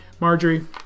Marjorie